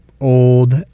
old